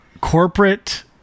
corporate